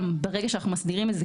ברגע שאנחנו מסדירים את זה,